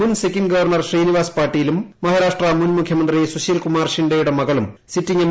മുൻ സിക്കിം ഗവർണർ ശ്രീനിവാസ് പാട്ടീലും മഹാരാഷ്ട്ര മുൻമുഖ്യമന്ത്രി സുശീൽകുമാർ ഷിൻഡേയുടെ മകളും സിറ്റിംഗ് എം